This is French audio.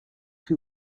que